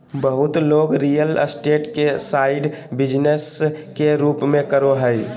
बहुत लोग real estate के साइड बिजनेस के रूप में करो हइ